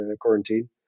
quarantine